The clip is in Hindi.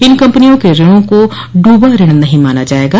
इन कंपनियों के ऋणों को डूबा ऋण नहीं माना जाएगा